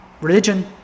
religion